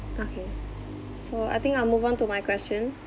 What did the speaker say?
okay so I think I'll move on to my question